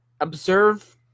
Observe